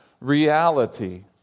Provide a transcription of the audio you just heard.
reality